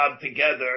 together